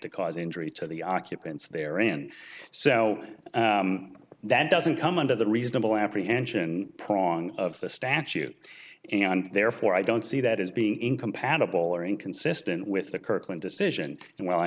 to cause injury to the occupants there and so that doesn't come under the reasonable apprehension prong of the statute and therefore i don't see that as being incompatible or inconsistent with the current decision